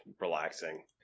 relaxing